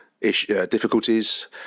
difficulties